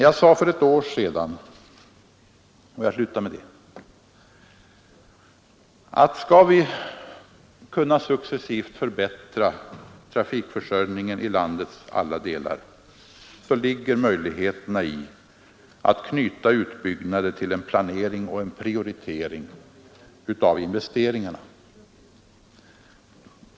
Jag sade för ett år sedan — jag vill sluta anförandet med det — att om vi successivt skall kunna förbättra trafikförsörjningen i landets alla delar, ligger möjligheterna i att knyta utbyggnaden till en planering och prioritering av investeringarna.